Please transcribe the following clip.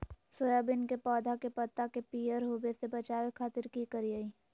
Soybean के पौधा के पत्ता के पियर होबे से बचावे खातिर की करिअई?